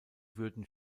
würden